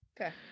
Okay